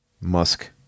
musk